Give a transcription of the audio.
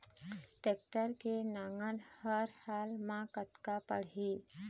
Tractor के नांगर हर हाल मा कतका पड़िही?